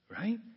right